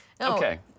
Okay